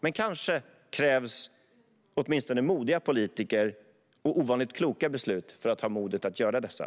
Men kanske krävs åtminstone modiga politiker och ovanligt kloka beslut för att ha modet att göra detta.